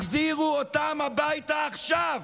החזירו אותם הביתה עכשיו.